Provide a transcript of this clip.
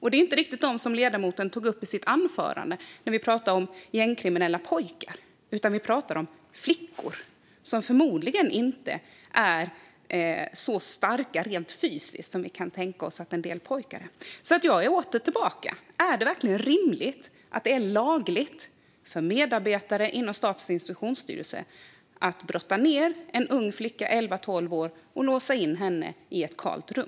Det är inte riktigt dem som ledamoten tog upp i sitt anförande; han talade om gängkriminella pojkar. Här handlar det om flickor, som förmodligen inte är så starka rent fysiskt som vi kan tänka oss att en del pojkar är. Jag kommer tillbaka till frågan om det verkligen är rimligt att det ska vara lagligt för medarbetare inom Statens institutionsstyrelse att brotta ned en ung flicka på elva tolv år och låsa in henne i ett kalt rum.